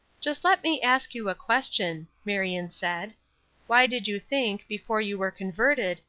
just let me ask you a question, marion said why did you think, before you were converted,